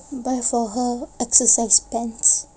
buy for her exercise pants